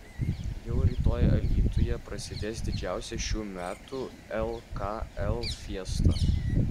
jau rytoj alytuje prasidės didžiausia šių metų lkl fiesta